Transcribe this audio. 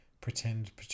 Pretend